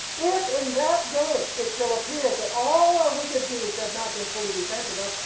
if in that day it shall appear that all our wicked deeds have not been fully repented of,